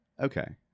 Okay